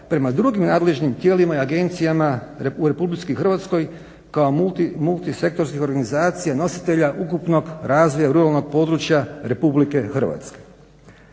prema drugim nadležnim tijelima i agencijama u Republici Hrvatskoj kao multisektorskih organizacija nositelja razvoja ruralnog područja Republike Hrvatske.